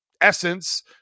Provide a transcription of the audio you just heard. essence